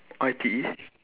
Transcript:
I_T_E